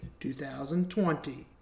2020